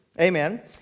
amen